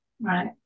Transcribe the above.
Right